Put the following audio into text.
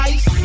Ice